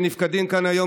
שנפקדים מכאן היום,